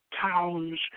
Towns